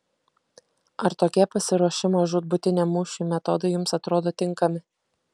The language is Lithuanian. ar tokie pasiruošimo žūtbūtiniam mūšiui metodai jums atrodo tinkami